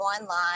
online